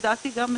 לדעתי.